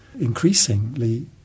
increasingly